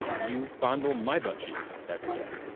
you fondle my butt cheeks every day.